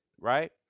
right